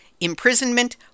imprisonment